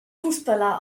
fußballer